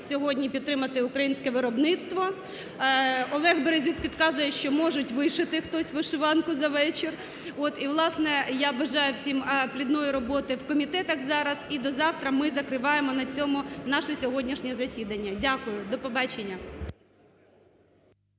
сьогодні підтримати українське виробництво. Олег Березюк підказує, що можуть вишити хтось вишиванку за вечір. І, власне, я бажаю всім плідної роботи в комітетах зараз. І до завтра ми закриваємо на цьому наше сьогоднішнє засідання. Дякую, до побачення.